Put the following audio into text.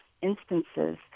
instances